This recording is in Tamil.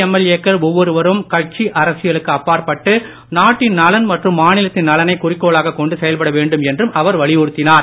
எம்எல்ஏ கள் ஒவ்வொருவரும் கட்சி அரசியலுக்கு அப்பாற்பட்டு நாட்டின் நலன் மற்றும் மாநிலத்தின் நலனை குறிக்கோளாகக் கொண்டு செயல்பட வேண்டும் என்றும் அவர் வலியுறுத்தினார்